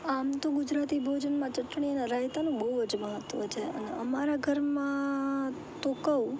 આમ તો ગુજરાતી ભોજનમાં ચટણીના રાયતાનું બહુ જ મહત્વ છે અને અમારા ઘરમાં તો કહું